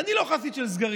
אני לא חסיד של סגרים,